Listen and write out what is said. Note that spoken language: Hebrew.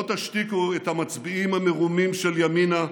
לא תשתיקו את המצביעים המרומים של ימינה,